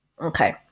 Okay